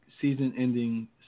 season-ending